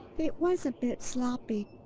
it was a bit sloppy,